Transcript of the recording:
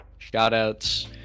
shoutouts